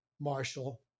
Marshall